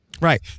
Right